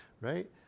right